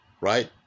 right